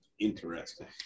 Interesting